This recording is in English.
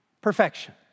perfection